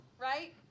right